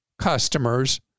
customers